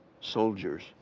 soldiers